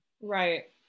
right